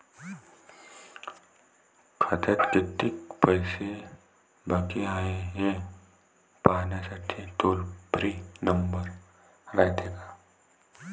खात्यात कितीक पैसे बाकी हाय, हे पाहासाठी टोल फ्री नंबर रायते का?